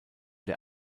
der